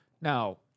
now